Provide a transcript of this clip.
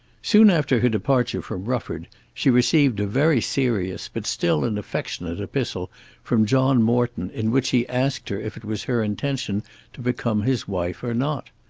soon after her departure from rufford she received a very serious but still an affectionate epistle from john morton in which he asked her if it was her intention to become his wife or not.